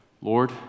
Lord